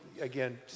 again